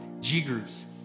G-groups